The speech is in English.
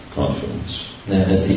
confidence